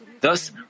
Thus